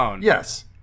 yes